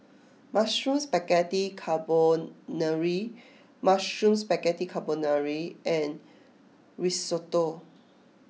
Mushroom Spaghetti Carbonara Mushroom Spaghetti Carbonara and Risotto